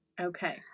Okay